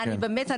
באמת,